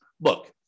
look